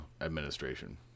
administration